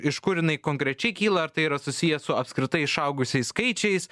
iš kur jinai konkrečiai kyla ar tai yra susiję su apskritai išaugusiais skaičiais